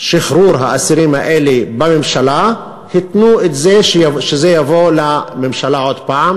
לשחרור האסירים האלה בממשלה התנו בכך שזה יבוא לממשלה עוד הפעם.